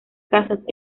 casas